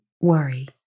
worry